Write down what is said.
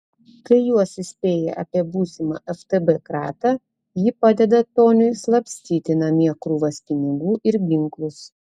kai juos įspėja apie būsimą ftb kratą ji padeda toniui slapstyti namie krūvas pinigų ir ginklus